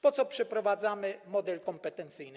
Po co przeprowadzamy model kompetencyjny?